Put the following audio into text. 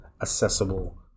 accessible